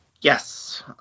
yes